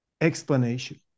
explanation